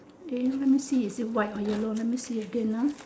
eh let me see is it white or yellow let me see again ah